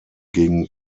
gegen